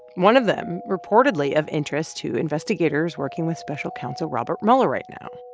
one of them reportedly of interest to investigators working with special counsel robert mueller right now.